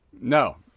No